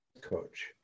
coach